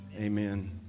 amen